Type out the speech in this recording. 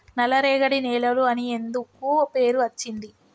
నల్లరేగడి నేలలు అని ఎందుకు పేరు అచ్చింది?